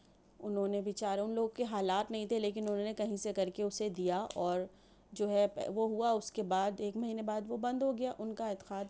انہوں نے بچاروں ان لوگ کے حالات نہیں تھے لیکن انہوں نے کہیں سے کر کے اسے دیا اور جو ہے وہ ہوا اس کے بعد ایک مہینے بعد وہ بند ہو گیا ان کا اعتقاد